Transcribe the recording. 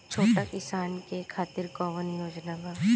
छोटा किसान के खातिर कवन योजना बा?